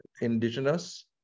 indigenous